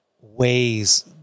ways